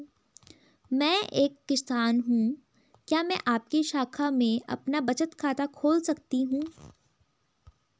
मैं एक किसान हूँ क्या मैं आपकी शाखा में अपना बचत खाता खोल सकती हूँ?